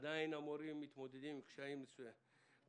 עדיין המורים מתמודדים עם קשיים